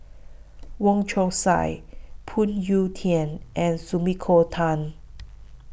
Wong Chong Sai Phoon Yew Tien and Sumiko Tan